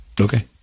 Okay